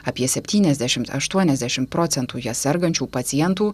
apie septyniasdešimt aštuoniasdešim procentų ja sergančių pacientų